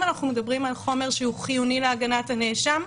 אנחנו מדברים על חומר שהוא חיוני להגנת הנאשם,